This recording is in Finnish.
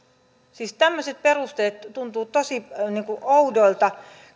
siis tämmöiset perusteet tuntuvat tosi oudoilta